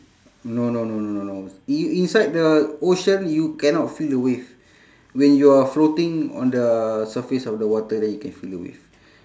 no no no no no no you inside the ocean you cannot feel the wave when you are floating on the surface of the water then you can feel the wave